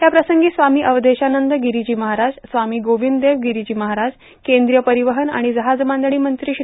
त्याप्रसंगी स्वामी अवघेशानंद गिरीजी महाराज स्वामी गोविंददेव गिरीजी महाराज केंद्रीय परिवहन आणि जहाजबांधणी मंत्री श्री